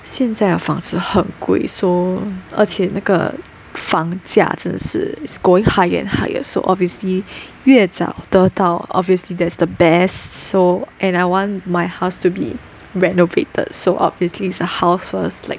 现在的房子很贵 so 而且那个房价真的是 is going higher and higher so obviously 越早得到 obviously that's the best so and I want my house to be renovated so obviously is the house first like